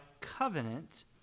covenant